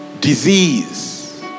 disease